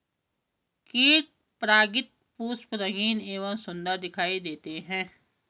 कीट परागित पुष्प रंगीन एवं सुन्दर दिखाई देते हैं